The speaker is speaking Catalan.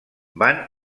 van